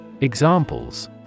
Examples